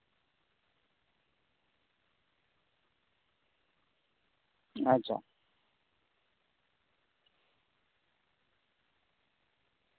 ᱟᱪᱪᱷᱟ